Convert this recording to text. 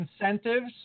incentives